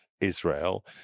Israel